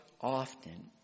often